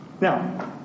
Now